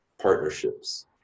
partnerships